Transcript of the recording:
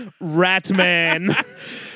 Ratman